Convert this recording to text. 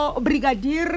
brigadier